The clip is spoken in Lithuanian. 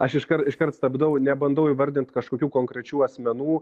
aš iškar iškart stabdau nebandau įvardint kažkokių konkrečių asmenų